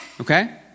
Okay